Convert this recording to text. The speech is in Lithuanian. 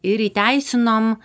ir įteisinom